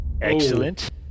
excellent